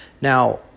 Now